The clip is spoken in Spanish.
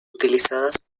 utilizadas